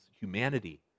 humanity